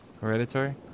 Hereditary